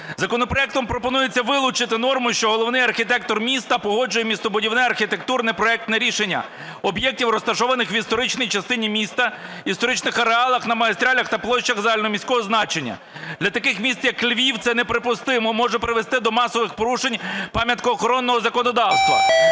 Законопроектом пропонується вилучити норму, що головний архітектор міста погоджує містобудівне архітектурне проектне рішення об'єктів, розташованих в історичній частині міста, історичних ареалах на магістралях та площах загальноміського значення. Для таких міст, як Львів, це неприпустимо, може привести до масових порушень пам'ятко-охоронного законодавства.